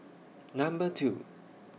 Number two